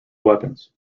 weapons